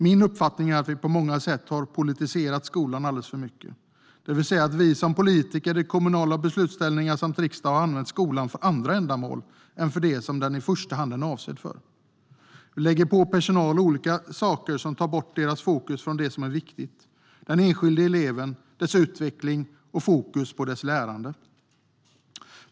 Min uppfattning är att vi på många sätt har politiserat skolan alldeles för mycket, det vill säga att vi som politiker i kommunala beslutsställningar samt riksdag har använt skolan för andra ändamål än för det som den i första hand är avsedd för. Vi lägger på personal olika saker som tar bort dess fokus från det som är viktigt, den enskilde eleven, dess utveckling och fokus på dess lärande.